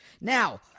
Now